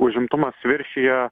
užimtumas viršija